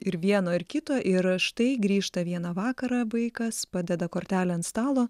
ir vieno ir kito ir štai grįžta vieną vakarą vaikas padeda kortelę ant stalo